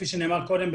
כפי שנאמר קודם,